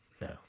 No